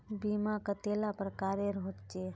बीमा कतेला प्रकारेर होचे?